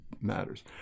matters